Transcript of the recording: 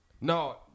No